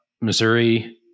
Missouri